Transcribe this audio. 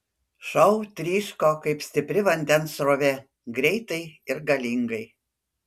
šou tryško kaip stipri vandens srovė greitai ir galingai